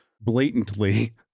blatantly